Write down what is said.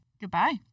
Goodbye